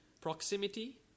proximity